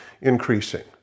increasing